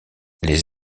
les